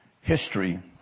history